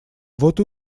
вот